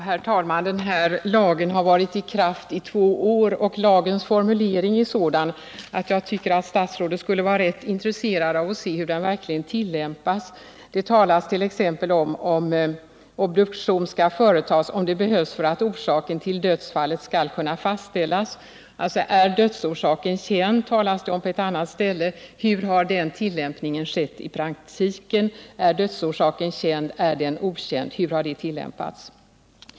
Herr talman! Den här lagen har varit i kraft i två år, och lagens formulering är sådan att jag tycker att statsrådet borde vara intresserad av att se hur den verkligen tillämpas. Det talas t.ex. om att obduktion skall företas om det behövs för att orsaken till dödsfallet skall kunna fastställas. Är dödsorsaken känd, talas det om på ett annat ställe. Hur har den tillämpningen skett i praktiken? Hur har man utnyttjat frågeställningen: Är dödsorsaken känd eller okänd?